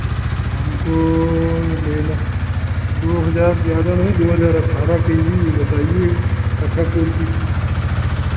हमको लेना दो हज़ार ग्यारह नहीं दो हज़ार अट्ठारह की ही बताइये अच्छा क्वालिटी की